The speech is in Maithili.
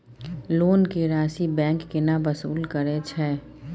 लोन के राशि बैंक केना वसूल करे छै?